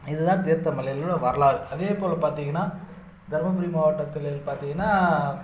இதுதான் தீர்த்த மலையிலுள்ள வரலாறு அதே போல் பார்த்திங்கன்னா தர்மபுரி மாவட்டத்திலன்னு பார்த்திங்கன்னா